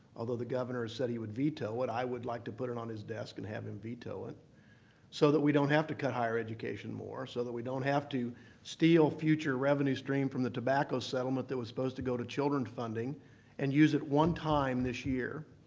although the governor said he would veto it. i would like to put it on his desk and have him veto it so we don't have to cut higher education more, so we don't have to steal future revenue stream from the tobacco settlement that was supposed to go to children's funding and use it one time this year.